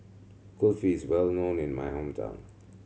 kulfi is well known in my hometown